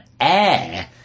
air